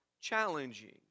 challenging